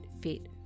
fit